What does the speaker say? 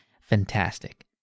fantastic